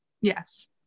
Yes